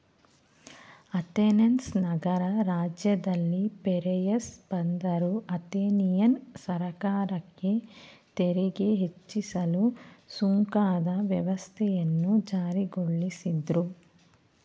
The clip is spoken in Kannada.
ಅಥೆನ್ಸ್ ನಗರ ರಾಜ್ಯದಲ್ಲಿ ಪಿರೇಯಸ್ ಬಂದರು ಅಥೆನಿಯನ್ ಸರ್ಕಾರಕ್ಕೆ ತೆರಿಗೆ ಹೆಚ್ಚಿಸಲು ಸುಂಕದ ವ್ಯವಸ್ಥೆಯನ್ನು ಜಾರಿಗೊಳಿಸಿದ್ರು